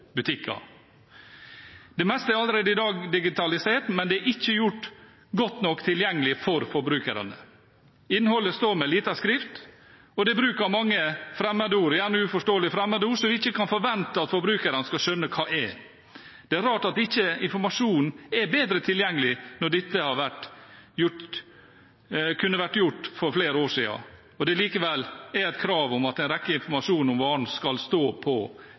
Det meste er allerede i dag digitalisert, men det er ikke gjort godt nok tilgjengelig for forbrukerne. Innholdet står med liten skrift, og det er bruk av mange fremmedord, gjerne uforståelige fremmedord, som vi ikke kan forvente at forbrukerne skal skjønne hva er. Det er rart at ikke informasjonen er bedre tilgjengelig når dette kunne vært gjort for flere år siden og det likevel er et krav at en rekke typer informasjon om varen skal stå på